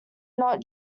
not